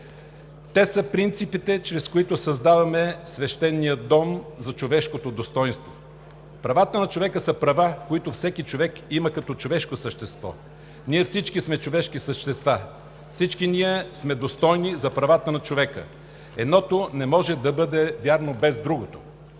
те са принципите, чрез които създаваме свещения дом за човешкото достойнство. Правата на човека са права, които всеки човек има като човешко същество. Ние всички сме човешки същества, всички ние сме достойни за правата на човека – едното не може да бъде вярно без другото.